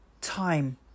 time